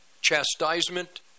chastisement